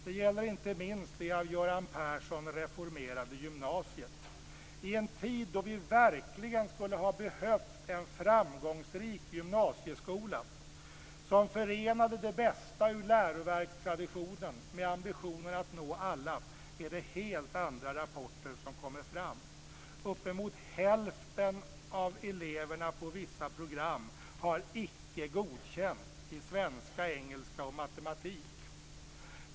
Det gäller inte minst det av Göran Persson reformerade gymnasiet. I en tid då vi verkligen skulle ha behövt en framgångsrik gymnasieskola, som förenar det bästa i läroverkstraditionen med ambitionen att nå alla, är det helt andra rapporter som kommer fram. Uppemot hälften av eleverna på vissa program har betyget Icke godkänt i svenska, engelska och matematik.